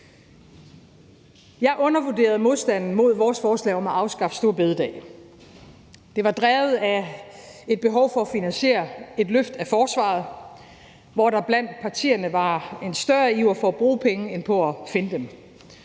Jeg undervurderede modstanden mod vores forslag om at afskaffe store bededag. Det var drevet af et behov for at finansiere et løft af forsvaret, hvor der blandt partierne var en større iver for at bruge penge end for at finde dem,